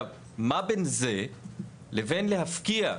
מה בין זה לבין להפקיע?